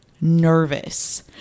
nervous